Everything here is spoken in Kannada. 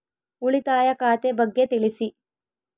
ಉಳಿತಾಯ ಖಾತೆ ಬಗ್ಗೆ ತಿಳಿಸಿ?